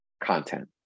content